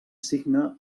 signa